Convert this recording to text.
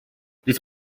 this